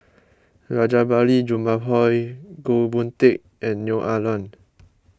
Rajabali Jumabhoy Goh Boon Teck and Neo Ah Luan